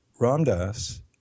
Ramdas